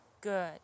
good